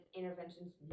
interventions